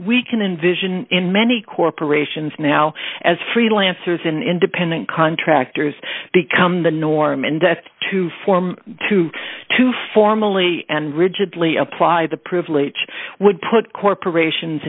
we can envision in many corporations now as freelancers an independent contractor has become the norm and that to form two to formally and rigidly apply the privilege would put corporations